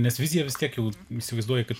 nes viziją vis tiek jau įsivaizduoja kad